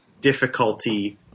difficulty